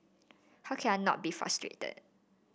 how can I not be frustrated